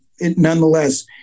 nonetheless